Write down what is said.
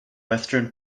western